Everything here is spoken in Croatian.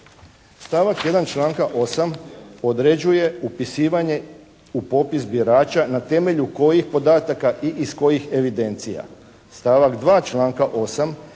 članka 8. određuje upisivanje u popis birača na temelju kojih podataka i iz kojih evidencija. Stavak 2.